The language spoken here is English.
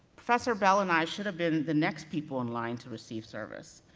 professor bell and i should have been the next people in line to receive service,